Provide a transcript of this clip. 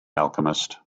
alchemist